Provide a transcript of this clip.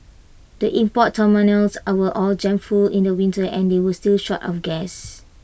the import terminals were all jammed full in the winter and you were still short of gas